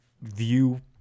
view